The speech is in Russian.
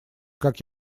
как